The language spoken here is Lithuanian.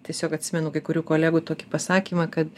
tiesiog atsimenu kai kurių kolegų tokį pasakymą kad